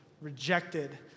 rejected